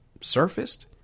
surfaced